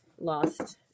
lost